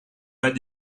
pas